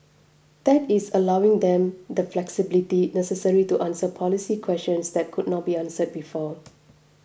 that is allowing them the flexibility necessary to answer policy questions that could not be answered before